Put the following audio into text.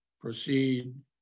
proceed